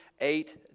eight